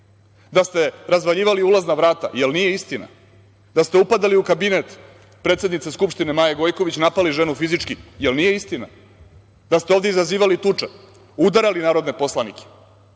Da ste razvaljivali ulazna vrata. Jel nije istina? Da ste upadali u kabinet predsednice Skupštine Maje Gojković, napali ženu fizički. Jel nije istina? Da ste ovde izazivali tuče, udarali narodne poslanike,